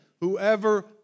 whoever